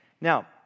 Now